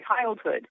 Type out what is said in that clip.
childhood